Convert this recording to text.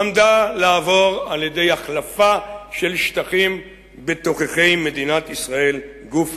עמדה להיפתר על-ידי החלפה של שטחים בתוככי מדינת ישראל גופא.